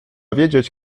wiedzieć